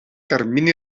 termini